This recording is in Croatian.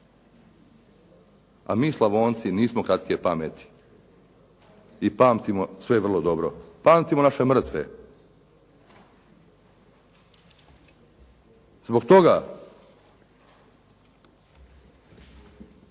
A mi Slavonci nismo kratke pameti i pamtimo sve vrlo dobro. Pamtimo naše mrtve. Zbog toga